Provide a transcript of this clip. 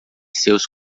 seus